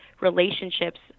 relationships